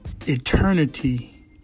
eternity